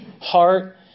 heart